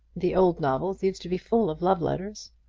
the old novels used to be full of love-letters.